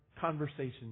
conversation